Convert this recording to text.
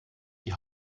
die